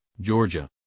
Georgia